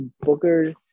Booker